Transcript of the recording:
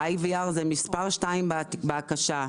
ב-IVR זה מספר 2 בהקשה,